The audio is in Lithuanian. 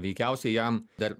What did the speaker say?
veikiausiai jam dar